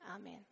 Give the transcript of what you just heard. Amen